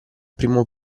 primo